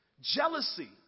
Jealousy